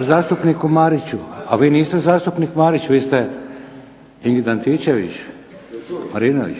zastupniku Mariću. A vi niste zastupnik Marić, vi ste Ingrid Antičević-Marinović.